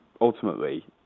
ultimately